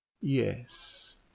Yes